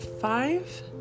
five